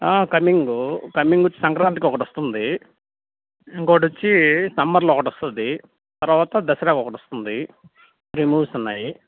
cunning కన్నింగ్ వచ్చి సంక్రాంతికి ఒకటొస్తుంది ఇంకొకటొచ్చి సమ్మర్లో ఒకటొస్తుంది తరువాత దసరాకొకటొస్తుంది త్రీ మూవీస్ ఉన్నాయి